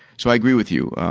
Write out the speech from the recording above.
so, i agree with you,